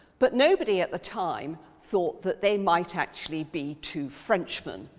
but nobody at the time thought that they might actually be two frenchmen,